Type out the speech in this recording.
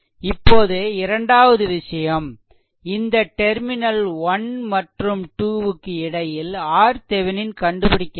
இப்போது இரண்டாவது விஷயம் இந்த டெர்மினல் 1 மற்றும் 2 க்கு இடையில் RThevenin கண்டுபிடிக்க வேண்டும்